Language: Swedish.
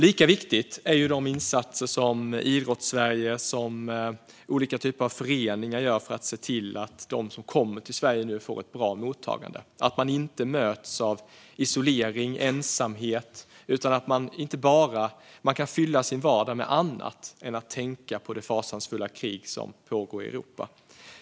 Lika viktiga är de insatser som Idrottssverige och olika typer av föreningar gör för att se till att de som nu kommer till Sverige får ett bra mottagande och inte möts av isolering och ensamhet utan att man kan fylla sin vardag med annat än att tänka på det fasansfulla krig som pågår i Europa.